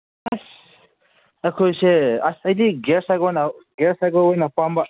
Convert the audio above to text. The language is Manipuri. ꯑꯁ ꯑꯩꯈꯣꯏꯁꯦ ꯑꯁ ꯑꯩꯗꯤ ꯒꯤꯌꯥꯔ ꯑꯣꯏꯅ ꯒꯤꯌꯥꯔ ꯁꯥꯏꯀꯜ ꯑꯣꯏꯅ ꯄꯥꯝꯕ